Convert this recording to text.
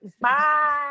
bye